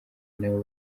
nabo